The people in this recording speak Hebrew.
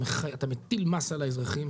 אתה מטיל מס על האזרחים,